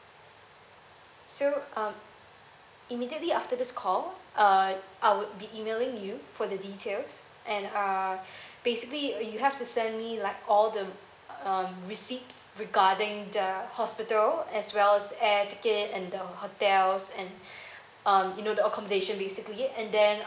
so um immediately after this call err I would be emailing you for the details and uh basically you have to send me like all the um receipts regarding the hospital as well as the air ticket and the hotels and um you know the accommodation basically and then